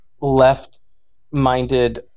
left-minded